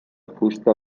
fusta